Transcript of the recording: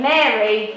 Mary